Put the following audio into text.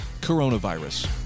coronavirus